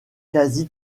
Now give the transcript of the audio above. quasi